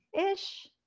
ish